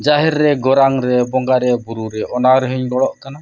ᱡᱟᱦᱮᱨ ᱨᱮ ᱜᱚᱨᱟᱢ ᱨᱮ ᱵᱚᱸᱜᱟ ᱨᱮ ᱵᱩᱨᱩ ᱨᱮ ᱚᱱᱟ ᱨᱮᱦᱚᱸᱧ ᱵᱚᱞᱚᱜ ᱠᱟᱱᱟ